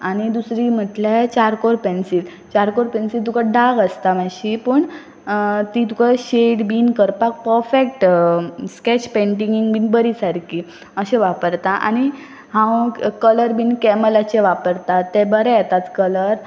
आनी दुसरी म्हटल्यार चारकोल पेन्सील चारकोल पेन्सील तुका डार्क आसता मातशी पूण ती तुका शेड बीन करपाक परफेक्ट स्केच पेंटिंगींक बीन बरी सारकी अशें वापरता आनी हांव कलर बीन कॅमलाचे वापरता ते बरें येतात कलर